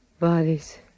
bodies